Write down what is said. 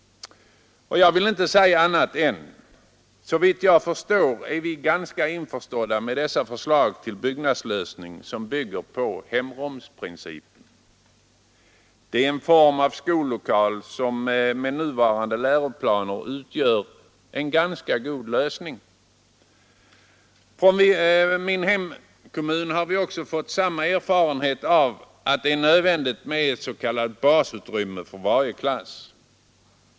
Jag skall inte säga annat än att vi såvitt jag förstått är införstådda med de förslag till byggnadslösning som bygger på hemrumsprincipen. Den utgör med nuvarande läroplaner en ganska god lösning. I min hemkommun har man gjort erfarenheten att det är nödvändigt med ett s.k. basutrymme för varje klass.